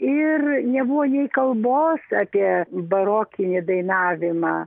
ir nebuvo nei kalbos apie barokinį dainavimą